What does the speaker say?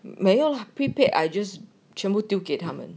没有 prepaid I just 全部丢他们